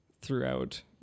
throughout